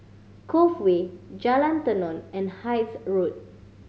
Cove Way Jalan Tenon and Hythe Road